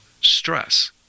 stress